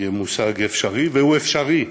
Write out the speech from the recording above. יהיה מושג אפשרי, והוא אפשרי.